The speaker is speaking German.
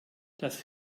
das